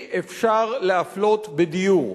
שאי-אפשר להפלות בדיור.